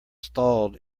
stalled